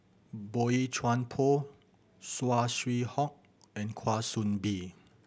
Boey Chuan Poh Saw Swee Hock and Kwa Soon Bee